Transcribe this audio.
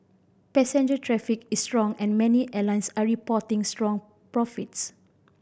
passenger traffic is strong and many airlines are reporting strong profits